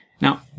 Now